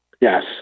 Yes